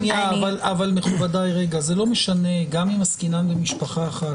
זה לא משנה גם אם עסקינן במשפחה אחת.